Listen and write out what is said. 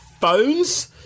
phones